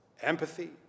empathy